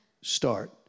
start